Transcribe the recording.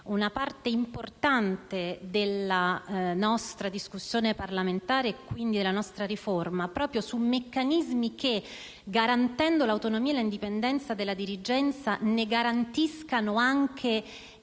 una parte importante della discussione parlamentare, e quindi della riforma, proprio su meccanismi che, garantendo l'autonomia e l'indipendenza della dirigenza, ne garantiscano anche